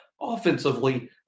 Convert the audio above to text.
offensively